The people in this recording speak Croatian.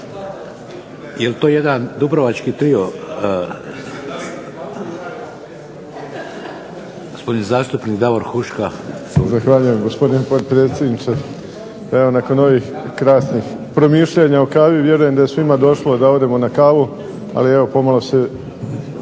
Davor Huška, izvolite. **Huška, Davor (HDZ)** Zahvaljujem gospodine potpredsjedniče. Evo nakon ovih krasnih promišljanja o kavi vjerujem da je svima došlo da odemo na kavu, ali evo pomalo se